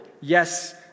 Yes